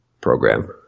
program